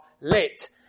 lit